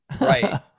right